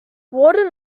warden